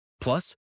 Plus